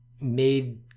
made